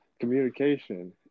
communication